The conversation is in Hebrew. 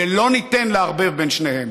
ולא ניתן לערבב בין שניהם.